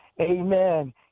Amen